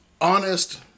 honest